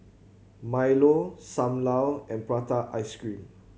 Milo Sam Lau and prata ice cream